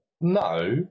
no